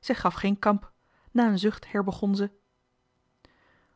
zij gaf geen kamp na een zucht herbegon ze